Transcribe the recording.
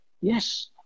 yes